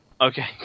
okay